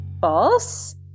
False